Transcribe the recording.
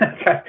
okay